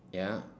ya